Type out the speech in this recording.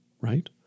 right